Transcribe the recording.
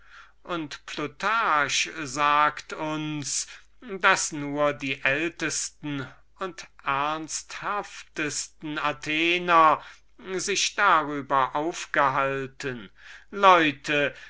und plutarch sagt uns daß nur die ältesten und ernsthaftesten athenienser sich darüber aufgehalten leute